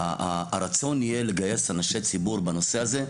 הרצון יהיה לגייס אנשי ציבור בנושא הזה.